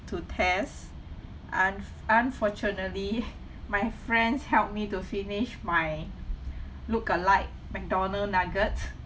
to taste un~ unfortunately my friends helped me to finish my look alike mcdonalds nuggets